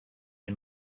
les